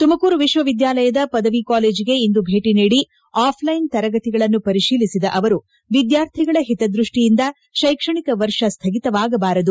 ತುಮಕೂರು ವಿಶ್ವವಿದ್ಯಾಲಯದ ಪದವಿ ಕಾಲೇಜಿಗೆ ಇಂದು ಭೇಟಿ ನೀಡಿ ಆಫ್ಲೈನ್ ತರಗತಿಗಳನ್ನು ಪರಿಶೀಲಿಸಿದ ಅವರು ವಿದ್ಯಾರ್ಥಿಗಳ ಒತದ್ಯಷ್ಟಿಯಿಂದ ಶೈಕ್ಷಣಿಕ ವರ್ಷ ಸ್ಥಗಿತವಾಗಬಾರದು